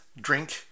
drink